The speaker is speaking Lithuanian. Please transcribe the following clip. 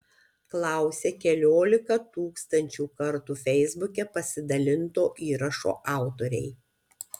klausia keliolika tūkstančių kartų feisbuke pasidalinto įrašo autoriai